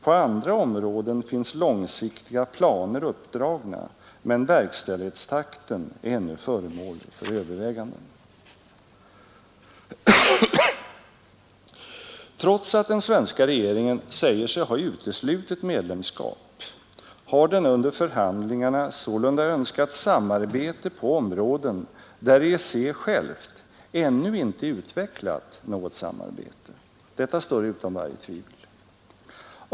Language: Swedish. På andra områden finns långsiktiga planer uppdragna, men verkställighetstakten är ännu föremål för överväganden.” Trots att den svenska regeringen säger sig ha uteslutit medlemskap har den under förhandlingarna sålunda önskat samarbete på områden där EEC självt ännu inte utvecklat något samarbete. Detta står utom varje tvivel.